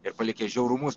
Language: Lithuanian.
ir palikę žiaurumus